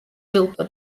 ჯილდო